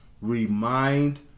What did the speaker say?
Remind